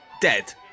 dead